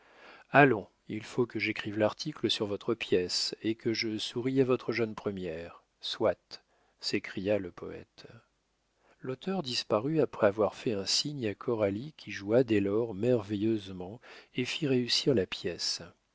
allons il faut que j'écrive l'article sur votre pièce et que je sourie à votre jeune première soit s'écria le poète l'auteur disparut après avoir fait un signe à coralie qui joua dès lors merveilleusement et fit réussir la pièce